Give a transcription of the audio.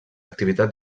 activitat